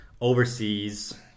overseas